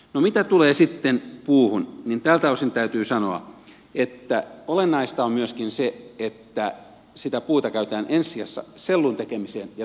no mitä tulee sitten puuhun niin tältä osin täytyy sanoa että olennaista on myöskin se että sitä puuta käytetään ensi sijassa sellun tekemiseen ja tukkiin